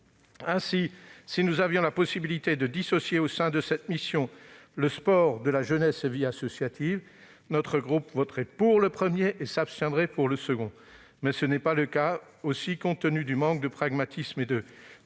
Ainsi, si nous avions la possibilité de dissocier, au sein de cette mission, le programme « Sport » du programme « Jeunesse et vie associative », notre groupe voterait pour le premier et s'abstiendrait sur le second. Puisque ce n'est pas le cas et compte tenu du manque de pragmatisme et du